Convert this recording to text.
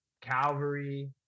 calvary